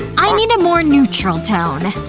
i need a more neutral tone.